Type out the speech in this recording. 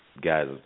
guys